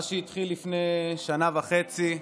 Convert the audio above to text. זה התחיל לפני שנה וחצי.